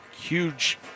huge